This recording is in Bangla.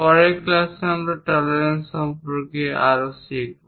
পরের ক্লাসে আমরা টলারেন্স সম্পর্কে আরও শিখব